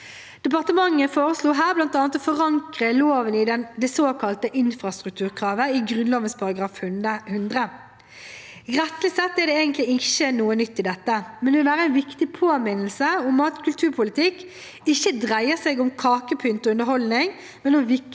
Departementet foreslo her bl.a. å forankre loven i det såkalte infrastrukturkravet i Grunnloven § 100. Rettslig sett er det egentlig ikke noe nytt i dette, men det vil være en viktig påminnelse om at kulturpolitikk ikke dreier seg om kakepynt og underholdning,